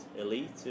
elite